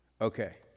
Okay